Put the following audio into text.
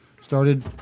started